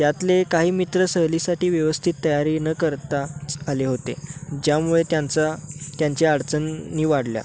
त्यातले काही मित्र सहलीसाठी व्यवस्थित तयारी न करता आले होते ज्यामुळे त्यांचा त्यांच्या अडचणी वाढल्या